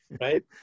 right